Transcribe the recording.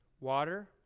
Water